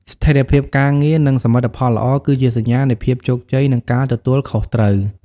ស្ថិរភាពការងារ និងសមិទ្ធផលល្អ គឺជាសញ្ញានៃភាពជោគជ័យ និងការទទួលខុសត្រូវ។